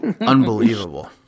Unbelievable